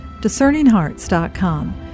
DiscerningHearts.com